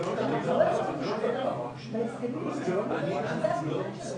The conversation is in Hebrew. ככל שתמ"א 70 --- אני מציעה דבר כזה,